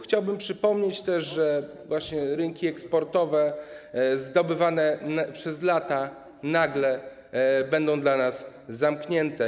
Chciałbym przypomnieć też, że rynki eksportowe, zdobywane przez lata, nagle będą dla nas zamknięte.